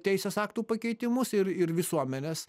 teisės aktų pakeitimus ir ir visuomenės